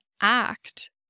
act